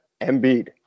Embiid